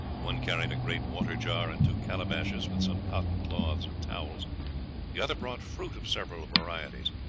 one carried a great water jar and two calabashes, with some cotton cloths and towels the other brought fruit of several varieties,